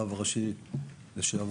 הראש הראשי לשעבר,